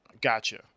Gotcha